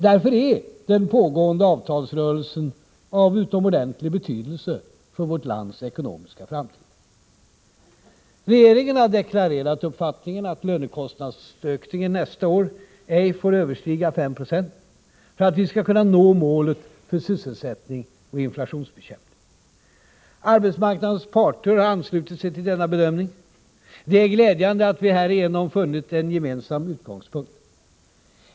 Därför är den pågående avtalsrörelsen av utomordentlig betydelse för vårt lands ekonomiska framtid. Regeringen har deklarerat uppfattningen att lönekostnadsökningen nästa år ej får överstiga 5 96, för att vi skall kunna nå målet för sysselsättning och inflationsbekämpning. Arbetsmarknadens parter har anslutit sig till denna bedömning. Det är glädjande att vi härigenom funnit en gemensam utgångspunkt.